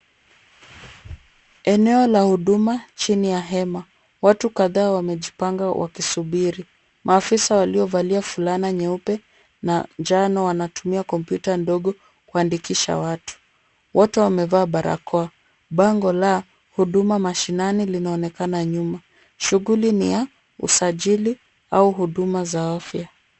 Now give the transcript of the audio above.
Eneo la huduma chini ya hema. Watu kadhaa wamejipanga wakisubiri .Maafisa waliovalia fulana nyeupe , wanatumia computer ndogo kuandikisha watu. Wote wamevaa barakoa. Bango la huduma mashinani linaonekana nyuma, shughuli ni ya usajili au huduma za afya.